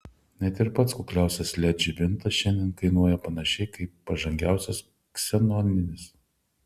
net ir pats kukliausias led žibintas šiandien kainuoja panašiai kaip pažangiausias ksenoninis